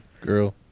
Girl